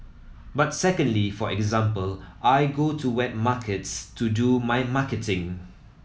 but secondly for example I go to wet markets to do my marketing